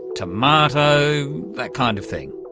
tomato that kind of thing.